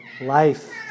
life